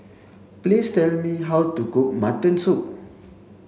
please tell me how to cook mutton soup